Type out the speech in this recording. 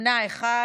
סמי אבו שחאדה,